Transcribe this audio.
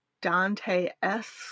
Dante-esque